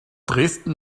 dresden